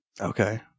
Okay